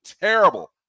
terrible